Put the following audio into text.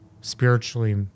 spiritually